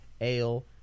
ale